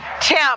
Tim